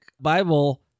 Bible